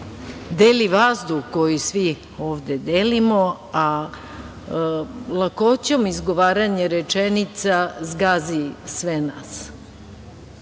deli vazduh koji svi ovde delimo, a lakoćom izgovaranja rečenica zgazi sve nas?